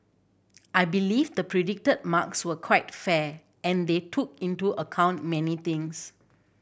I believe the predicted marks were quite fair and they took into account many things